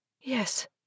Yes